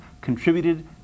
contributed